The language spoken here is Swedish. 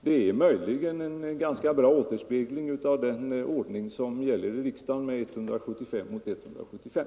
Det är möjligen en ganska bra återspegling av det förhållande som råder i riksdagen med 175 mot 175.